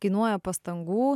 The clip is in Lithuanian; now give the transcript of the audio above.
kainuoja pastangų